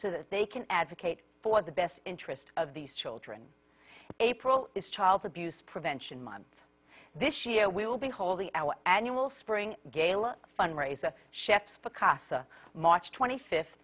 so that they can advocate for the best interest of these children april is child abuse prevention month this year will behold the our annual spring gala fundraiser chef for casa march twenty fifth